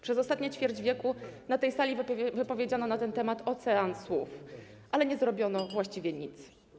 Przez ostatnie ćwierć wieku na tej sali wypowiedziano na ten temat ocean słów, ale nie zrobiono właściwie nic.